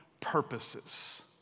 purposes